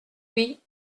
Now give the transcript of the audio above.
oui